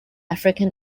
african